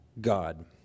God